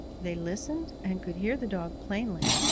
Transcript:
they listened and could hear the dog plainly.